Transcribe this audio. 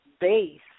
base